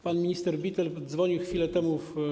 Pan minister Bittel dzwonił chwilę temu.